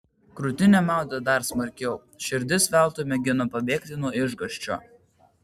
krūtinę maudė dar smarkiau širdis veltui mėgino pabėgti nuo išgąsčio